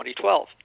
2012